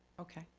okay.